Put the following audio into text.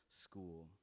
school